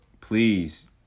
please